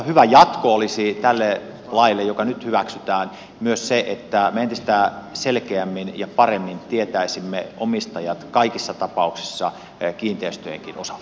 minusta hyvä jatko olisi tälle laille joka nyt hyväksytään myös se että me entistä selkeämmin ja paremmin tietäisimme omistajat kaikissa tapauksissa kiinteistöjenkin osalta